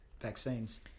vaccines